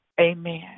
Amen